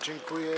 Dziękuję.